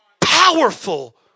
powerful